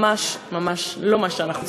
ממש ממש לא מה שאנחנו צריכים.